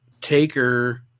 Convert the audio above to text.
Taker